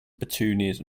petunias